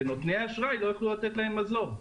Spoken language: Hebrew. ונותני האשראי לא יוכלו לתת להם מזור.